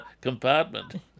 compartment